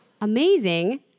amazing